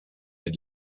den